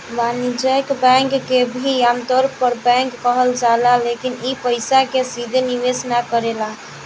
वाणिज्यिक बैंक के भी आमतौर पर बैंक कहल जाला लेकिन इ पइसा के सीधे निवेश ना करेला